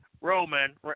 Roman